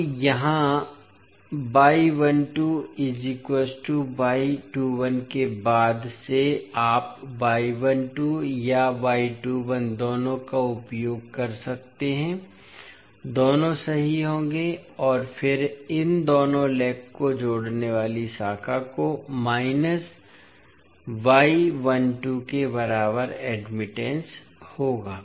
अब यहाँ के बाद से आप या दोनों का उपयोग कर सकते हैं दोनों सही होंगे और फिर इन दोनों लेग को जोड़ने वाली शाखा को के बराबर एडमिटेंस होगा